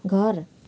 घर